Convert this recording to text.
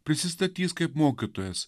prisistatys kaip mokytojas